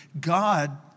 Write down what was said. God